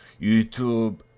YouTube